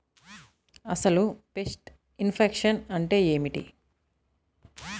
అసలు pest infection అంటే ఏమిటి?